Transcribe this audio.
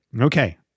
Okay